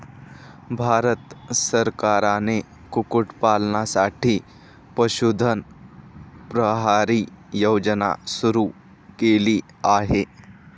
भारत सरकारने कुक्कुटपालनासाठी पशुधन प्रहरी योजना सुरू केली आहे